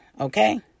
okay